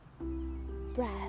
breath